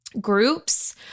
groups